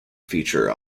feature